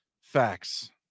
Facts